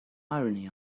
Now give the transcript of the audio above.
irony